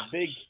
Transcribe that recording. big